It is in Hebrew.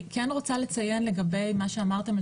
אני כן רוצה לציין לגבי מה שאמרתם על